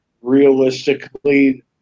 realistically